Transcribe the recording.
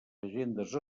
agendes